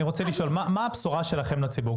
מה הבשורה שלכם לציבור?